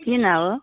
किन हो